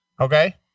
Okay